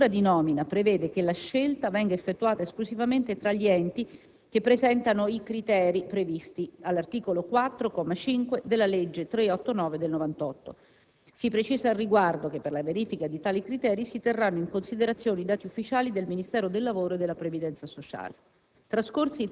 «la procedura di nomina prevede che la scelta venga effettuata esclusivamente tra gli enti che presentano in criteri previsti all'articolo 4, comma 5, della legge n. 389 del 1998. Si precisa, al riguardo, che per la verifica di tali criteri si terranno in considerazione i dati ufficiali del Ministero del lavoro e della previdenza sociale».